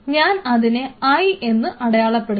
ഞാൻ അതിനെ l എന്ന് അടയാളപ്പെടുത്തുന്നു